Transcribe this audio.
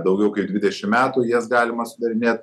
daugiau kaip dvidešim metų jas galima sudarinėt